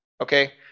Okay